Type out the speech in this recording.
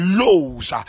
lows